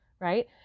right